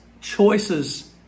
choices